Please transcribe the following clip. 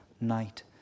night